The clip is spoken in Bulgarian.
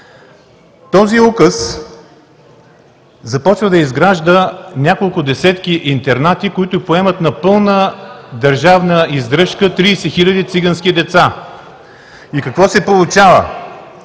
Този Указ започва да изгражда няколко десетки интернати, които поемат на пълна държавна издръжка 30 000 цигански деца. И какво се получава?